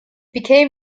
became